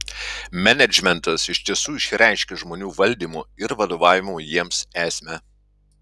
menedžmentas iš tiesų išreiškia žmonių valdymo ir vadovavimo jiems esmę